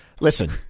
listen